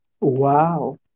Wow